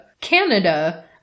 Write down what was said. Canada